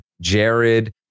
Jared